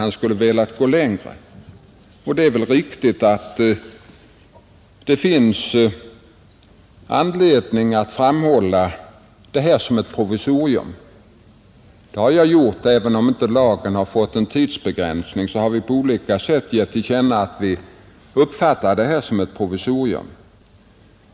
Han skulle ha velat gå längre, och det är väl riktigt att det finns anledning att framhålla lagförslaget som ett provisorium. Det har jag gjort. Även om lagen inte fått någon tidsbegränsning, har vi på olika sätt givit till känna att vi uppfattar förslaget som ett provisorium.